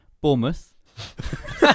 Bournemouth